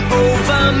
over